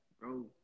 Bro